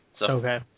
Okay